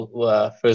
first